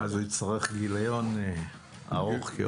יצטרך גליון ארוך.